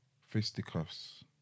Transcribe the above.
fisticuffs